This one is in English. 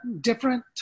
different